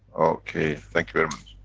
okay. thank you very